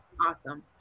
awesome